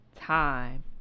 time